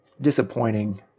disappointing